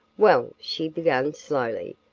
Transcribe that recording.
well, she began slowly,